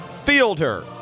fielder